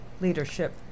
leadership